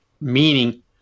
meaning